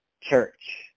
church